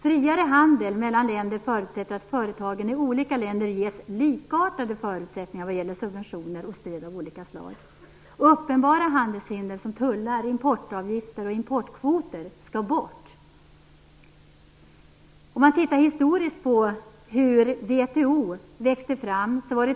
Friare handel mellan länder förutsätter att företagen i olika länder ges likartade förutsättningar vad gäller subventioner och stöd av olika slag. Uppenbara handelshinder som tullar, importavgifter och importkvoter skall bort. Man kan titta historiskt på hur VHO växte fram.